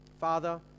Father